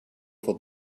for